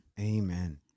Amen